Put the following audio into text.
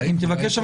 אם תבקש.